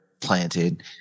planted